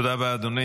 תודה רבה, אדוני.